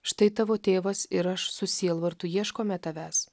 štai tavo tėvas ir aš su sielvartu ieškome tavęs